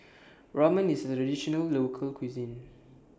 Ramen IS A Traditional Local Cuisine